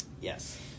Yes